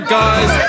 guys